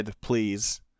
please